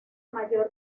mayor